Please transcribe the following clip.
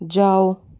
जाओ